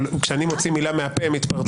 אבל כשאני מוציא מילה מהפה הם מתפרצים.